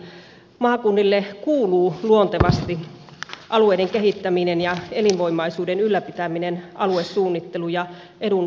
maakunnille kuuluu luontevasti alueiden kehittäminen ja elinvoimaisuuden ylläpitäminen aluesuunnittelu ja edunvalvonta